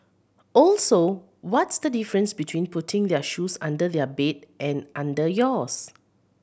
also what's the difference between putting their shoes under their bed and under yours